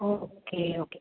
okay okay